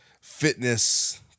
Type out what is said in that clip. fitness